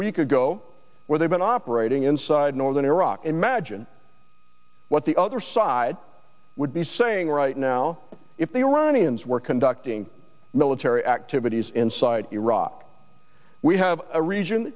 week ago where they've been operating inside northern iraq imagine what the other side would be saying right now if the iranians were conducting military activities inside iraq we have a re